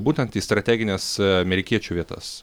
būtent į strategines amerikiečių vietas